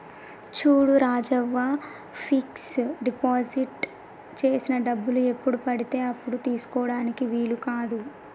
చూడు Rajavva fix deposit చేసిన డబ్బులు ఎప్పుడు పడితే అప్పుడు తీసుకుటానికి వీలు కాదు